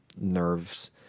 nerves